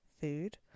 food